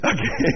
Okay